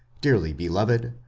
dearly beloved,